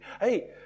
Hey